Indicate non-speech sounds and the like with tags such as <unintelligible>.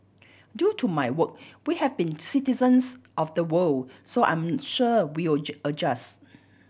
due to my work we have been citizens of the world so I'm sure we'll <unintelligible> adjust